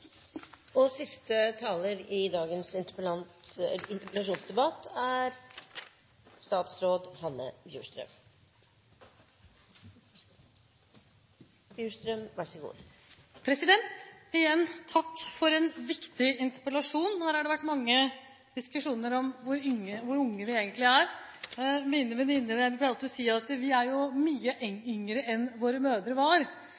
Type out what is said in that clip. Igjen – takk for en viktig interpellasjon. Her har det vært mange diskusjoner om hvor unge vi egentlig er. Mine venninner og jeg pleier alltid å si at vi er jo mye yngre enn våre mødre var.